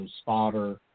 spotter